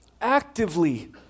actively